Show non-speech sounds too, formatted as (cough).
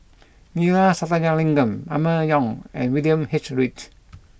(noise) Neila Sathyalingam Emma Yong and William H Read